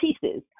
pieces